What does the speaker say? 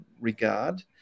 regard